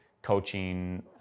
coaching